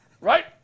right